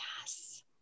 yes